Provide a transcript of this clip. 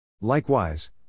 Likewise